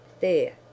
There